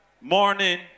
Morning